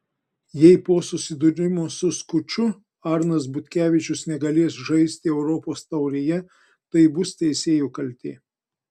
jei po susidūrimo su skuču arnas butkevičius negalės žaisti europos taurėje tai bus teisėjų kaltė